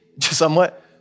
Somewhat